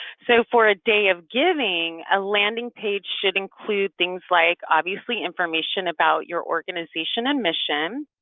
so for a day of giving a landing page should include things like obviously information about your organization and mission.